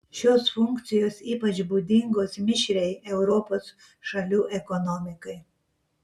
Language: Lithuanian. šios funkcijos ypač būdingos mišriai europos šalių ekonomikai